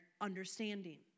understanding